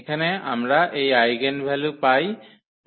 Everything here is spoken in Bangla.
এখানে আমরা এই আইগেনভ্যালু পাই 1 এবং 6